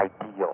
ideal